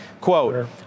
Quote